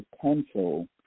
potential